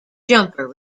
jumper